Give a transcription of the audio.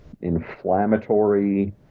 inflammatory